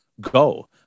go